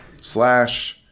slash